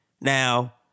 Now